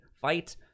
fight